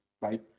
right